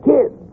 Kids